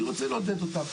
אני רוצה לעודד אותן.